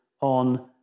on